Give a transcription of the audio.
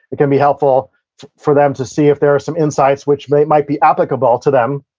it can be helpful for them to see if there are some insights which might might be applicable to them,